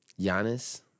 Giannis